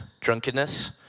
drunkenness